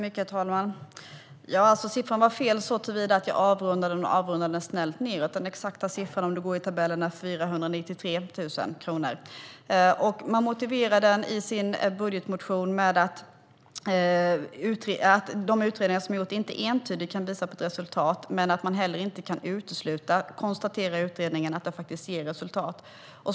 Herr talman! Siffran var fel såtillvida att jag avrundade den snällt nedåt. Den exakta siffran enligt tabellerna är 493 miljoner kronor. Sverigedemokraterna motiverar det i sin budgetmotion med att utredningarna inte entydigt kan visa på ett resultat, men samtidigt kan utredningarna inte utesluta att förslaget ger resultat.